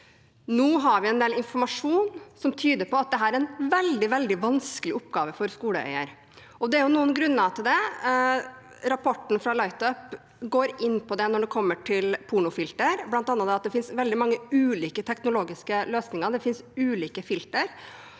Nå har vi en del informasjon som tyder på at dette er en veldig, veldig vanskelig oppgave for skoleeier, og det er jo noen grunner til det. Rapporten fra Lightup går inn på det når det gjelder pornofilter, bl.a. at det finnes veldig mange ulike teknologiske løsninger, og det finnes